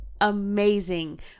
amazing